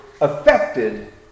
affected